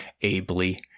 ably